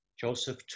Joseph